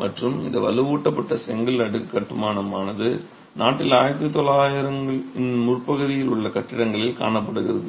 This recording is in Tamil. மற்றும் இந்த வலுவூட்டப்பட்ட செங்கல் அடுக்கு கட்டுமானமானது நாட்டில் 1900 இன் முற்பகுதியில் உள்ள கட்டிடங்களில் காணப்படுகிறது